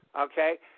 okay